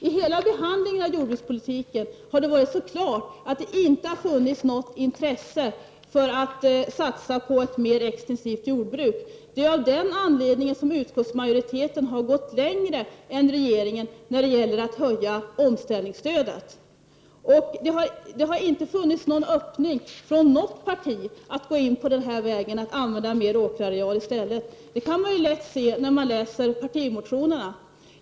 I hela behandlingen av jordbrukspolitiken har det varit klart att det inte har funnits något intresse att satsa på ett mer extensivt jordbruk. Det är av den anledningen som utskottsmajoriteten har gått längre än regeringen när det gällt att höja omställningsstödet. Det har inte funnits någon öppning från något parti att gå in på den utvecklingsväg som innebär att i stället använda mer åkerareal. Det kan man lätt se när man läser partimotionerna.